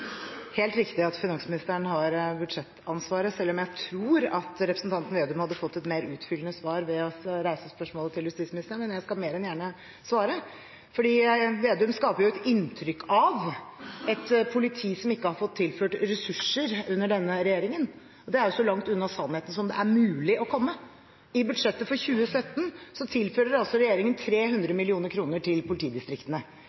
jeg tror at representanten Slagsvold Vedum hadde fått et mer utfyllende svar ved å reise spørsmålet til justisministeren, skal jeg mer enn gjerne svare, for Slagsvold Vedum skaper et inntrykk av et politi som ikke har fått tilført ressurser under denne regjeringen. Det er så langt unna sannheten som det er mulig å komme. I budsjettet for 2017 tilfører altså regjeringen